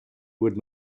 would